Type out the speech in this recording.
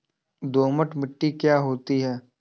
दोमट मिट्टी क्या होती हैं?